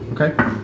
Okay